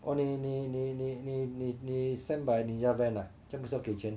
哦你你你你你你你 send by Ninja van ah 这样不是要给钱